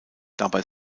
dabei